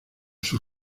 sus